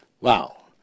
Wow